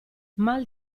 mal